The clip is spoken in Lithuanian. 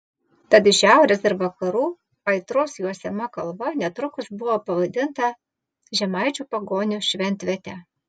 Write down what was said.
tad iš šiaurės ir vakarų aitros juosiama kalva netrukus buvo pavadinta žemaičių pagonių šventviete